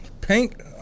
Pink